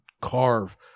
carve